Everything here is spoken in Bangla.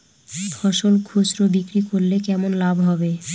ফসল খুচরো বিক্রি করলে কেমন লাভ হবে?